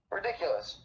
Ridiculous